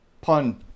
Pun